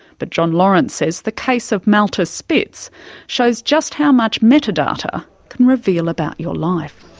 but jon lawrence says the case of malte spitz shows just how much metadata can reveal about your life.